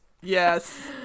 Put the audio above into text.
Yes